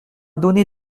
donner